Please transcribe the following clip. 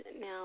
now